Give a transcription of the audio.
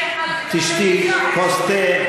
תשתי כוס תה,